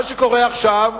מה שקורה עכשיו,